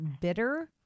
bitter